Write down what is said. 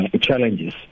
challenges